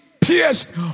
pierced